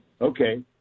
okay